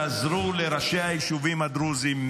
תעזרו לראשי היישובים הדרוזיים,